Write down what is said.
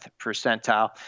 percentile